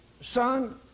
son